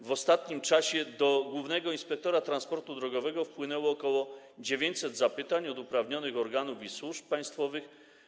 W ostatnim czasie do głównego inspektora transportu drogowego wpłynęło ok. 900 zapytań od uprawnionych organów i służb państwowych.